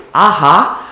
ahaa,